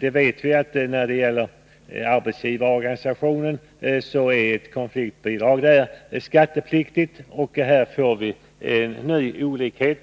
Vi vet att när det gäller arbetsgivarorganisationen är det konfliktbidrag som finns där skattepliktigt. Detta gör att vi nu får en olikhet